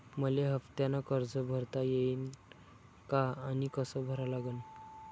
मले हफ्त्यानं कर्ज भरता येईन का आनी कस भरा लागन?